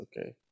Okay